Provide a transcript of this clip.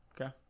Okay